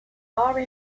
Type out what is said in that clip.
our